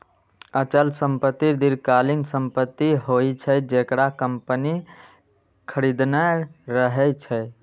अचल संपत्ति दीर्घकालीन संपत्ति होइ छै, जेकरा कंपनी खरीदने रहै छै